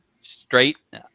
straight